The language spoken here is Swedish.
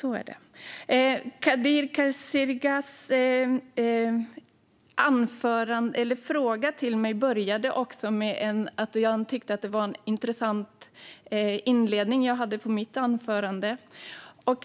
När Kadir Kasirga ställde sin fråga till mig inledde han med att säga att jag hade en intressant inledning på mitt anförande.